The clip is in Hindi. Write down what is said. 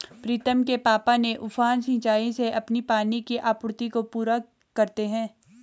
प्रीतम के पापा ने उफान सिंचाई से अपनी पानी की आपूर्ति को पूरा करते हैं